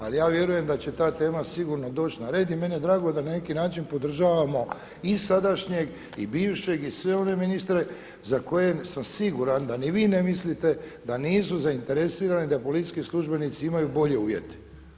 Ali ja vjerujem da će ta tema sigurno doći na red i meni je drago da na neki način podržavamo i sadašnjeg i bivšeg i sve one ministre za koje sam siguran da ni vi ne mislite da nisu zainteresirani da policijski službenici imaju bolje uvjete.